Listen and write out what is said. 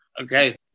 okay